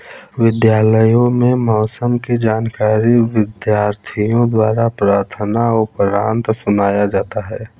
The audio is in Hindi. विद्यालयों में मौसम की जानकारी विद्यार्थियों द्वारा प्रार्थना उपरांत सुनाया जाता है